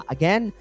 Again